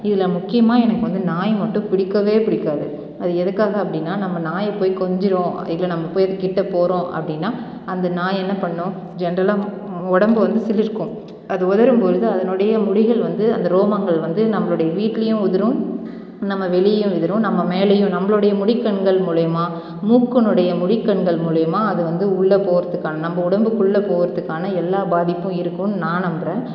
இதில் முக்கியமாக எனக்கு வந்து நாய் மட்டும் பிடிக்கவே பிடிக்காது அது எதுக்காக அப்படின்னா நம்ம நாயை போய் கொஞ்சுறோம் இல்லை நம்ம போய் அது கிட்டே போகிறோம் அப்படின்னா அந்த நாய் என்ன பண்ணும் ஜென்ரலாக உடம்ப வந்து சிலிர்க்கும் அது உதரும் பொழுது அதனுடைய முடிகள் வந்து அந்த ரோமங்கள் வந்து நம்மளுடைய வீட்லேயும் உதிரும் நம்ம வெளியேயும் உதிரும் நம்ம மேலையும் நம்மளுடைய முடிக்கண்கள் மூலயமா மூக்கினுடைய முடிக்கண்கள் மூலயமா அது வந்து உள்ளே போகிறத்துக்கான நம்ம உடம்புக்குள்ளே போகிறத்துக்கான எல்லா பாதிப்பும் இருக்குதுன்னு நான் நம்புகிறேன்